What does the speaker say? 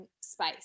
space